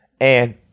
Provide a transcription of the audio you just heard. And-